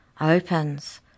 opens